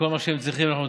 כולנו מכירים.